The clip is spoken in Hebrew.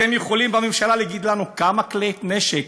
אתם יכולים בממשלה להגיד לנו כמה כלי נשק